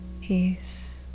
peace